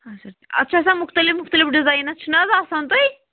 اچھا اَتھ چھِ آسان مُختلف مُختلف ڈِزایِن حظ چھِ نہٕ حظ آسان تُہۍ